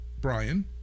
Brian